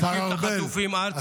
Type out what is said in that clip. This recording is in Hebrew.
להשיב את החטופים ארצה -- השר ארבל.